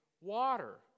water